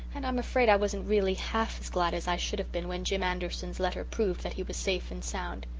and i'm afraid i wasn't really half as glad as i should have been when jim anderson's letter proved that he was safe and sound.